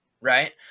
right